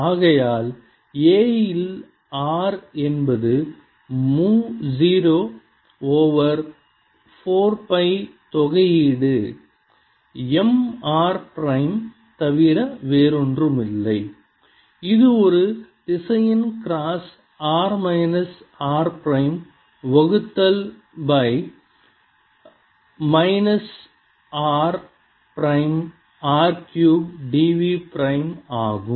ஆகையால் A இல் r என்பது மு 0 ஓவர் 4 பை தொகையீடு M r பிரைம் தவிர வேறொன்றுமில்லை இது ஒரு திசையன் cross r minus r prime வகுத்தல் by r minus r prime cube d v prime ஆகும்